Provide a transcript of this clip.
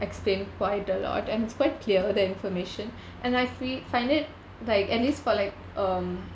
explain quite a lot and it's quite clear the information and I free find it like at least for like um